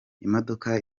imodoka